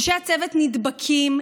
אנשי הצוות נדבקים,